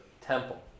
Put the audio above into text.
temple